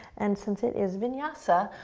and since it is vinyasa,